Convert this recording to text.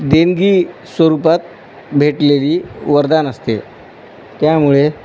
देणगी स्वरूपात भेटलेली वरदान असते त्यामुळे